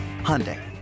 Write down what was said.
Hyundai